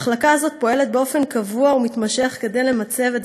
המחלקה הזאת פועלת באופן קבוע ומתמשך כדי למצב את